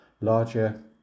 larger